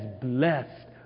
blessed